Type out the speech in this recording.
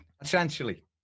Essentially